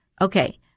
okay